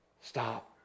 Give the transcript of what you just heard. Stop